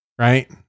Right